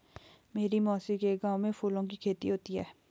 मेरी मौसी के गांव में फूलों की खेती होती है